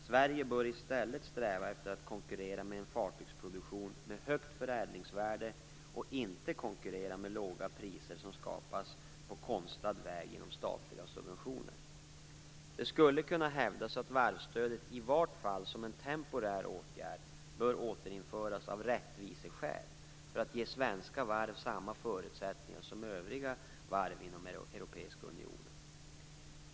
Sverige bör i stället sträva efter att konkurrera med en fartygsproduktion med högt förädlingsvärde och inte konkurrera med låga priser som skapas på konstlad väg genom statliga subventioner. Det skulle kunna hävdas att varvsstödet - i vart fall som en temporär åtgärd - bör återinföras av "rättviseskäl" för att ge svenska varv samma förutsättningar som övriga varv inom EU.